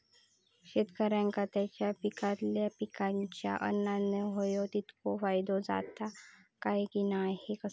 शेतकऱ्यांका त्यांचा पिकयलेल्या पीकांच्या उत्पन्नार होयो तितको फायदो जाता काय की नाय?